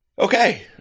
Okay